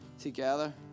together